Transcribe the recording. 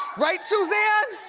right, suzanne?